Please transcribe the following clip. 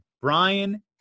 Brian